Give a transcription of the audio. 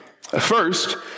First